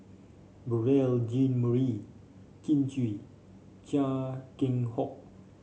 Beurel Jean Marie Kin Chui Chia Keng Hock